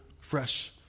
fresh